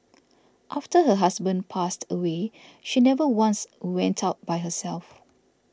after her husband passed away she never once went out by herself